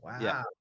Wow